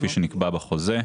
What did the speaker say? כפי שנקבע בחוזה.